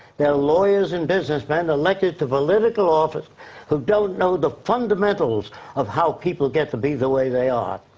they're lawyers and business men elected to political office who don't know the fundamentals of how people get to be the way they are.